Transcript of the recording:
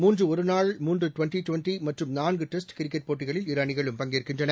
மூன்று ஒருநாள் மூன்று டுவெண்ட்டி டுவெண்ட்டி மற்றும் நான்கு டெஸ்ட் கிரிக்கெட் போட்டிகளில் இரு அணிகளும் பங்கேற்கின்றன